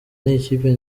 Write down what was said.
n’ikipe